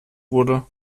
wurde